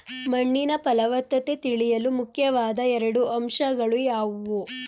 ಮಣ್ಣಿನ ಫಲವತ್ತತೆ ತಿಳಿಯಲು ಮುಖ್ಯವಾದ ಎರಡು ಅಂಶಗಳು ಯಾವುವು?